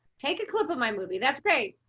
take a clip of my movie that's great,